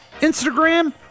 Instagram